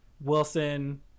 Wilson